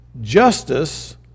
justice